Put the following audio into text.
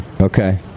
Okay